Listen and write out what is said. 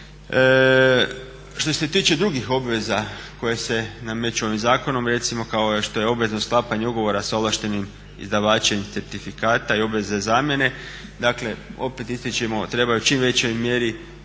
Što se tiče drugih obveza koje se nameću ovim zakonom, recimo kao što je obvezno sklapanje ugovora sa ovlaštenim izdavačem certifikata i obveze zamjene, dakle opet ističemo treba u čim većoj mjeri